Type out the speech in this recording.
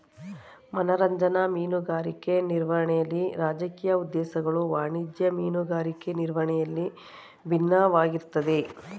ಮನರಂಜನಾ ಮೀನುಗಾರಿಕೆ ನಿರ್ವಹಣೆಲಿ ರಾಜಕೀಯ ಉದ್ದೇಶಗಳು ವಾಣಿಜ್ಯ ಮೀನುಗಾರಿಕೆ ನಿರ್ವಹಣೆಯಲ್ಲಿ ಬಿನ್ನವಾಗಿರ್ತದೆ